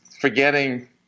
forgetting